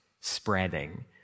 spreading